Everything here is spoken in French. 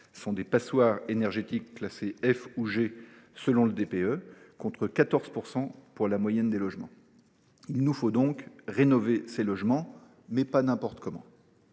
sont des passoires énergétiques classées F ou G selon le DPE, contre 14 % pour la moyenne des logements. Il nous faut donc rénover ces édifices, mais pas n’importe comment.